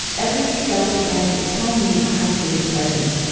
elie wiesel began to tell me a hasidic legend.